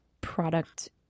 product